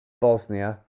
Bosnia